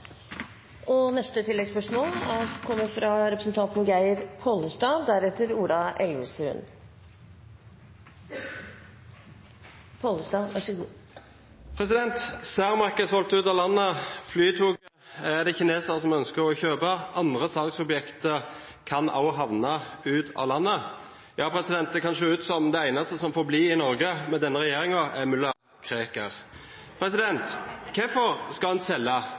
Geir Pollestad – til oppfølgingsspørsmål. Cermaq er solgt ut av landet, kinesere ønsker å kjøpe Flytoget, andre salgsobjekter kan også havne ut av landet. Det kan se ut som om den eneste som får bli i Norge med denne regjeringen, er Mulla Krekar. Hvorfor skal en selge,